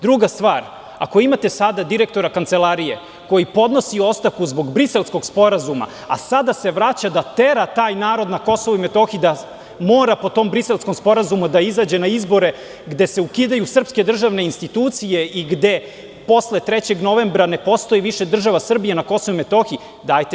Druga stvar, ako imate sada direktora Kancelarije koji podnosi ostavku zbog Briselskog sporazuma, a sada se vraća da tera taj narod na Kosovu i Metohiji, da mora po tom Briselskom sporazumu da izađe na izbore, gde se ukidaju srpske državne institucije i gde posle 3. novembra ne postoji više država Srbija na Kosovu i Metohiji.